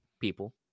People